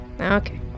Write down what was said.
Okay